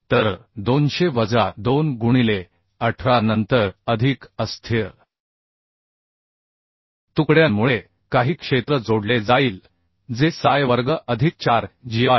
तर 200 वजा 2 गुणिले 18 नंतर अधिक अस्थिर तुकड्यांमुळे काही क्षेत्र जोडले जाईल जे psi वर्ग अधिक 4 gi